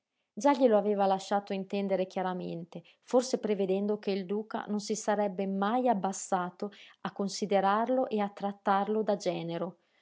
già glielo aveva lasciato intendere chiaramente forse prevedendo che il duca non si sarebbe mai abbassato a considerarlo e a trattarlo da genero